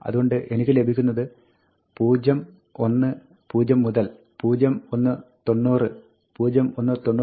അതുകൊണ്ട് എനിക്ക് ലഭിക്കുന്നത് 0 1 0 മുതൽ 0 1 90